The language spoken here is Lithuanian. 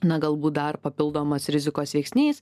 na galbūt dar papildomas rizikos veiksnys